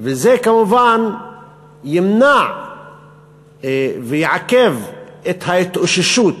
וזה כמובן ימנע ויעכב את ההתאוששות